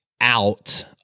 out